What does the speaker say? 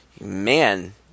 man